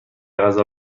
غذا